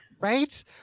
Right